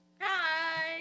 Hi